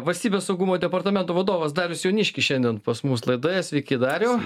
valstybės saugumo departamento vadovas darius jauniškis šiandien pas mus laidoje sveiki dariau